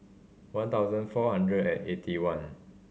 one thousand four hundred and eighty one